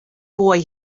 boy